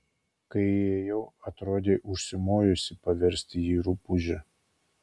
kai įėjau atrodei užsimojusi paversti jį rupūže